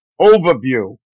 Overview